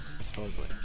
Supposedly